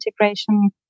integration